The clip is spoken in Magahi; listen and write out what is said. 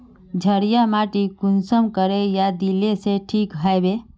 क्षारीय माटी कुंसम करे या दिले से ठीक हैबे?